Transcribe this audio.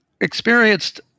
experienced